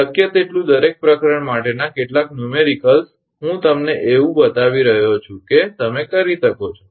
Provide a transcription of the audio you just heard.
શક્ય તેટલું દરેક પ્રકરણ માટેના કેટલાક numericalsન્યુમેરીકલ્સઆંકડાઓદાખલાઓ હું તમને એવું બતાવી રહ્યો છું કે તમે કરી શકો છો